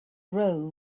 row